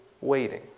waiting